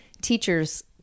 Teachers